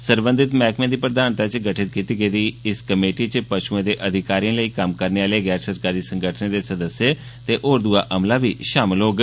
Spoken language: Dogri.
सरबंधत मैह्कमें दी प्रधानता च गठित कीती गेदी इस कमेटी च पषुएं दे अधिकारें दे लेई कम्म करने आहले गैर सरकारी संगठनें दे सदस्य ते होर दुआ अमला बी षामिल होग